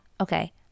okay